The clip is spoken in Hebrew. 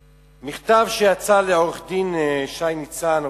אני רוצה להפנות אליך מכתב שיצא לעורך-הדין שי ניצן,